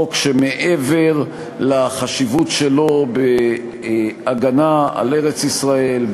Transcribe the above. חוק שמעבר לחשיבות שלו בהגנה על ארץ-ישראל,